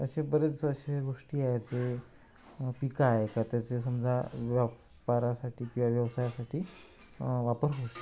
असे बरेच असे गोष्टी आहेत जे पिकं आहे तर त्याचे समजा व्यापारासाठी किंवा व्यवसायासाठी वापर होतो